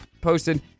posted